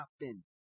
happen